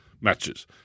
matches